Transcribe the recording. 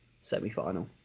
semi-final